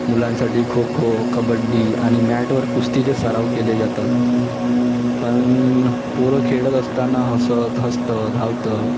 मुलांसाठी खो खो कबड्डी आणि मॅटवर कुस्तीचे सराव केले जातात पण पोरं खेळत असताना हसत हसतं धावतं